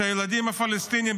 שהילדים הפלסטינים,